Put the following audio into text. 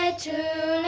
ah to